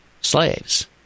slaves